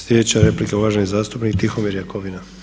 Sljedeća replika, uvaženi zastupnik Tihomir Jakovina.